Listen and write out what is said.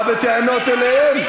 הוא בא בטענות אליהם,